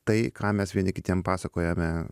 tai ką mes vieni kitiem pasakojame